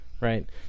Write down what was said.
right